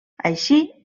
així